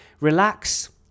relax